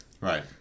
Right